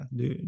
de